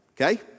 Okay